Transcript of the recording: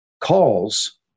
calls